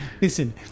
Listen